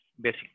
basic